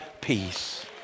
peace